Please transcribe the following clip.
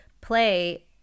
play